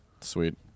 Sweet